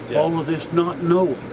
all of this not knowing.